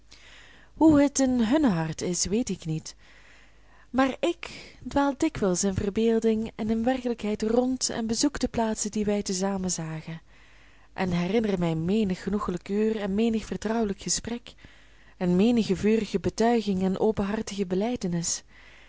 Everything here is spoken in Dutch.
hoe het in hunne harten is weet ik niet maar ik dwaal dikwijls in verbeelding en in werkelijkheid rond en bezoek de plaatsen die wij te zamen zagen en herinner mij menig genoegelijk uur en menig vertrouwelijk gesprek en menige vurige betuiging en